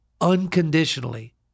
unconditionally